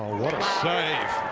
save.